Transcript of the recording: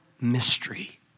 mystery